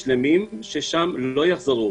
שלשם לא יחזרו עובדים,